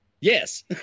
yes